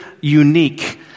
unique